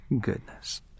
goodness